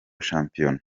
shampiyona